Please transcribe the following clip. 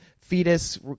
fetus